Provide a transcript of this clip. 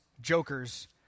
jokers